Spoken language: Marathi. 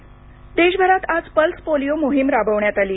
पोलिओ देशभरात आज पल्स पोलिओ मोहीम राबविण्यात आली